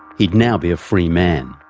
he'd now be a free man.